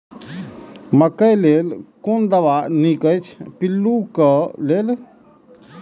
मकैय लेल कोन दवा निक अछि पिल्लू क लेल?